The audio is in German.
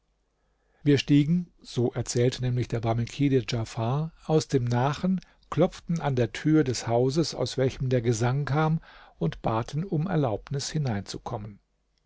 wir stiegen so erzählt nämlich der barmekide djafar aus dem nachen klopften an der tür des hauses aus welchem der gesang kam und baten um erlaubnis hineinzukommen